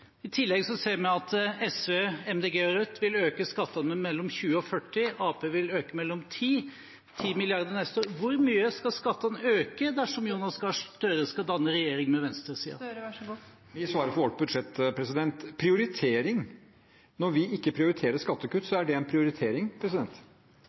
I tillegg ser vi at SV, MDG og Rødt vil øke skattene med mellom 20 mrd. kr og 40 mrd. kr, og Arbeiderpartiet vil øke med 10 mrd. kr til neste år. Hvor mye skal skattene øke dersom Jonas Gahr Støre skal danne regjering med venstresiden? Vi svarer for vårt budsjett. Når vi ikke prioriterer skattekutt,